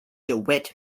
dewitt